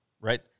right